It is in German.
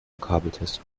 vokabeltest